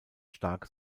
stark